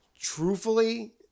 Truthfully